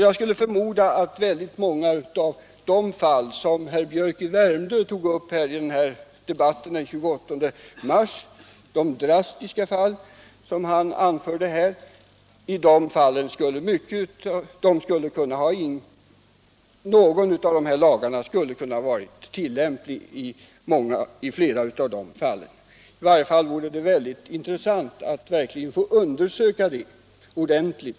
Jag förmodar att i många av de drastiska fall som herr Biörck i Värmdö anförde i debatten den 28 mars skulle någon av dessa lagar ha varit tillämplig. I varje fall vore det mycket intressant att få detta undersökt ordentligt.